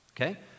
Okay